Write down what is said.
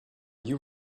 you